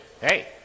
hey